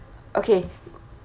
okay